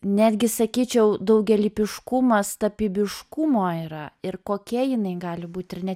netgi sakyčiau daugialypiškumas tapybiškumo yra ir kokia jinai gali būt ir ne